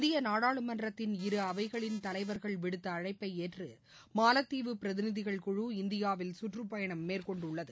இந்திய நாடாளுமன்றத்தின் இரு அவைகளின் தலைவர்கள் விடுத்த அழைப்பை ஏற்று மாலத்தீவு பிரதிநிதிகள் குழு இந்தியாவில் சுற்றுப்பயணம் மேற்கொண்டுள்ளது